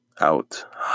Out